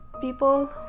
people